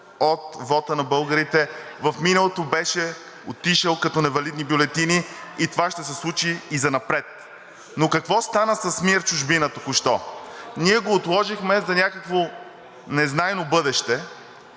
от вота на българите в миналото беше отишъл като невалидни бюлетини и това ще се случи и занапред. Но какво стана с МИР „Чужбина“ току-що? Ние го отложихме за някакво незнайно бъдеще,